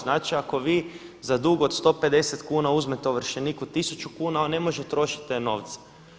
Znači, ako vi za dug od 150 kn uzmete ovršeniku 1000 kuna on ne može trošit te novce.